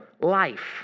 life